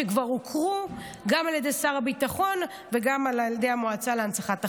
שכבר הוכרו גם על ידי שר הביטחון וגם על ידי המועצה להנצחת החייל.